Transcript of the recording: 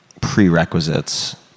prerequisites